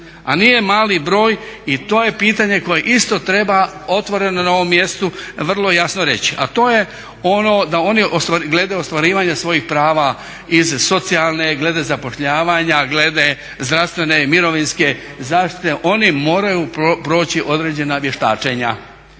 a nije mali broj i to je pitanje koje isto treba otvoreno na ovom mjestu vrlo jasno reći, a to je ono da oni glede ostvarivanja svojih prava iz socijalne, glede zapošljavanja, glede zdravstvene i mirovinske zaštite oni moraju proći određena vještačenja,